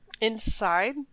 Inside